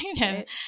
Right